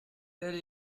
telle